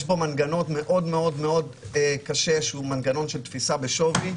יש בו מנגנון מאוד מאוד קשה שהוא מנגנון של תפיסה בשווי.